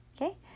okay